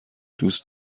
دوست